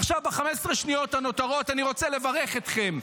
עכשיו, ב-15 השניות הנותרות אני רוצה לברך אתכם.